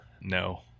No